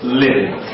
living